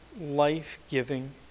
life-giving